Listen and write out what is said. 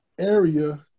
area